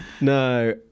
No